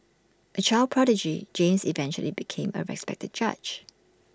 A child prodigy James eventually became A respected judge